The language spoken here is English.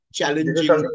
challenging